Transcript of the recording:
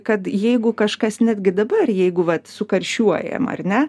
kad jeigu kažkas netgi dabar jeigu vat sukarščiuojam ar ne